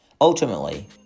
Ultimately